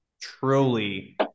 truly